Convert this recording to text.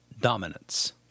dominance